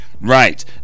Right